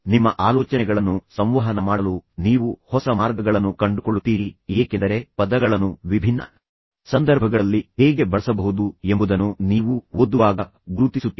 ನಿಮ್ಮ ಆಲೋಚನೆಗಳನ್ನು ಸಂವಹನ ಮಾಡಲು ನೀವು ಹೊಸ ಮಾರ್ಗಗಳನ್ನು ಕಂಡುಕೊಳ್ಳುತ್ತೀರಿ ಏಕೆಂದರೆ ಪದಗಳನ್ನು ವಿಭಿನ್ನ ಸಂದರ್ಭಗಳಲ್ಲಿ ಹೇಗೆ ಬಳಸಬಹುದು ಎಂಬುದನ್ನು ನೀವು ಓದುವಾಗ ಗುರುತಿಸುತ್ತೀರಿ